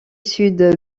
sud